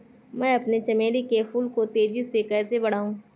मैं अपने चमेली के फूल को तेजी से कैसे बढाऊं?